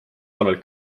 talvel